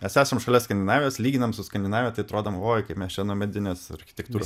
mes esam šalia skandinavijos lyginam su skandinavija tai atrodom oi kaip mes čia nuo medinės architektūros